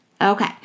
Okay